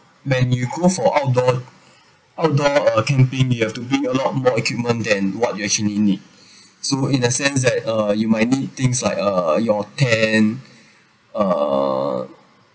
when you go for outdoor outdoor uh camping you have to bring a lot more equipment then what you actually need so in a sense that uh you might need things like uh your tent uh